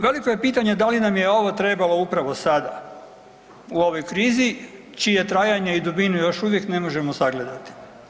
Veliko je pitanje da li nam je ovo trebalo upravo sada u ovoj krizi, čije trajanje i dubinu još uvijek ne možemo sagledati.